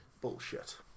Bullshit